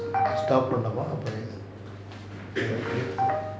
stop பண்ணலாமா:panalaama